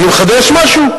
אני מחדש משהו?